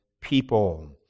people